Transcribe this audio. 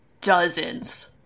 dozens